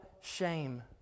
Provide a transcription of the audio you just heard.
shame